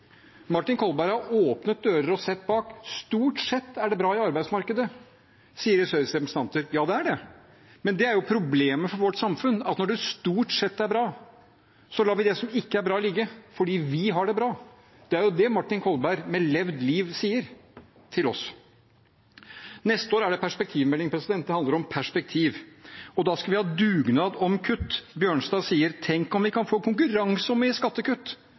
Martin Kolberg har åpnet dører og sett bak. Stort sett er det bra i arbeidsmarkedet, sier høyresidens representanter. Ja, det er det. Men det er jo problemet for vårt samfunn: at når det stort sett er bra, lar vi det som ikke er bra, ligge – fordi vi har det bra. Det er det Martin Kolberg, med levd liv, sier til oss. Neste år er det perspektivmelding. Det handler om perspektiv, og da skal vi ha dugnad om kutt. Representanten Bjørnstad sier: Tenk om vi kan få konkurranse om å gi skattekutt